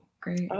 Great